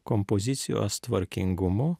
kompozicijos tvarkingumu